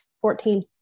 fourteen